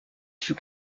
fut